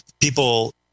people